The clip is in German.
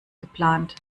geplant